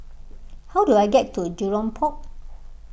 how do I get to Jurong Port